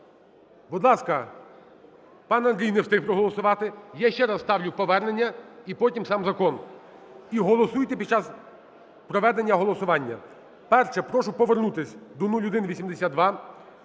будь ласка. Пан Андрій не встиг проголосувати. Я ще раз ставлю повернення і потім сам закон. І голосуйте під час проведення голосування. Перше. Прошу повернутися до 0182.